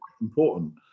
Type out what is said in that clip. important